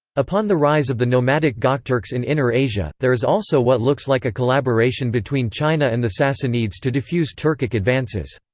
upon the rise of the nomadic gokturks in inner asia, there is also what looks like a collaboration between china and the sassanids to defuse turkic advances.